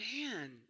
man